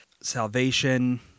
salvation